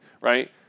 right